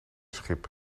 schip